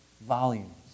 volumes